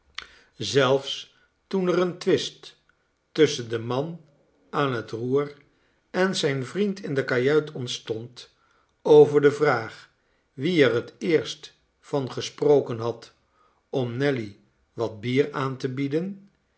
zelfs toen er een twist tusschen den man aan het roer en zijnvriend in de kajuit ontstond over de vraag wie er het eerst van gesproken had om nelly wat bier aan te bieden